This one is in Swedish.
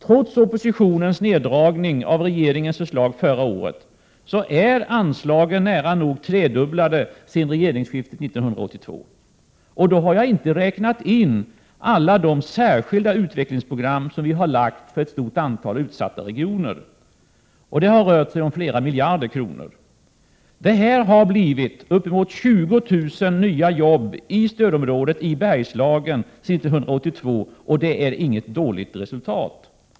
Trots oppositionens neddragning av de anslag som regeringen föreslog förra året har anslagen nära nog tredubblats sedan regeringsskiftet 1982. Då har jag inte räknat in alla de särskilda utvecklingsprogram som vi har lagt fram för ett stort antal utsatta regioner. Det har rört sig om flera miljarder kronor. Det har gett uppemot 20 000 nya jobb i stödområdet i Bergslagen sedan 1982. Det är inget dåligt resultat.